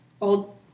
Old